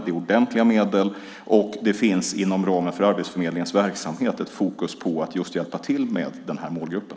Det är ordentliga medel, och det finns inom ramen för Arbetsförmedlingens verksamhet ett fokus på att hjälpa till med den här målgruppen.